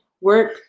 work